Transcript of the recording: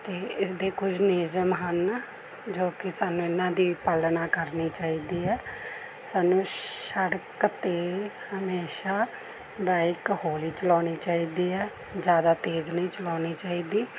ਅਤੇ ਇਸਦੇ ਕੁਝ ਨਿਯਮ ਹਨ ਜੋ ਕਿ ਸਾਨੂੰ ਇਨ੍ਹਾਂ ਦੀ ਪਾਲਣਾ ਕਰਨੀ ਚਾਹੀਦੀ ਹੈ ਸਾਨੂੰ ਸੜਕ 'ਤੇ ਹਮੇਸ਼ਾ ਬਾਈਕ ਹੌਲੀ ਚਲਾਉਣੀ ਚਾਹੀਦੀ ਹੈ ਜ਼ਿਆਦਾ ਤੇਜ਼ ਨਹੀਂ ਚਲਾਉਣੀ ਚਾਹੀਦੀ